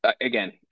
again